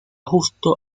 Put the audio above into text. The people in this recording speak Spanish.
justo